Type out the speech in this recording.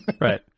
Right